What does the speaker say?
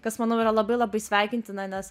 kas manau yra labai labai sveikintina nes